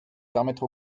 permettre